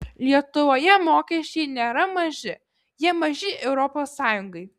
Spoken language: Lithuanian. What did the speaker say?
lietuvoje mokesčiai nėra maži jie maži europos sąjungai